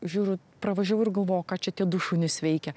žiūriu pravažiavau ir galvoju o ką čia tie du šunys veikia